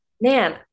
man